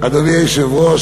אדוני היושב-ראש,